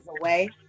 away